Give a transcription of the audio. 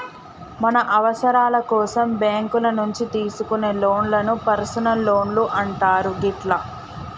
మన అవసరాల కోసం బ్యేంకుల నుంచి తీసుకునే లోన్లను పర్సనల్ లోన్లు అంటారు గిట్లా